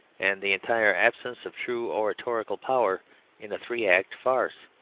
and the entire absence of true oratorical power in a three-act farce.